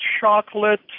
chocolate